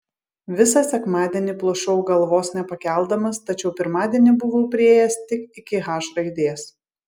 visą sekmadienį plušau galvos nepakeldamas tačiau pirmadienį buvau priėjęs tik iki h raidės